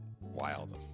wild